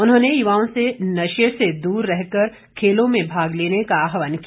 उन्होंने युवाओं से नशे से दूर रह कर खेलों में भाग लेने का आहवान किया